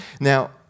now